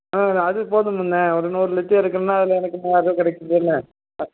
ம் அது போதுமுண்ணா ஒரு நூறு லிட்ரு இருக்குதுன்னா அதில் எனக்கு ஒரு மூவாயரருவா கிடைக்குதுல அ